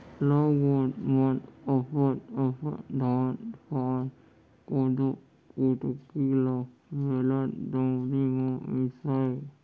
लोगन मन अपन धान पान, कोदो कुटकी ल बेलन, दउंरी म मीसय